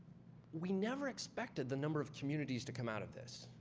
we never expected the number of communities to come out of this,